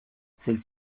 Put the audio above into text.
celles